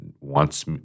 wants